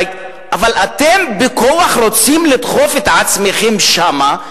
אבל אתם בכוח רוצים את עצמכם שמה,